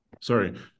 Sorry